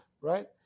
right